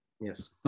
Yes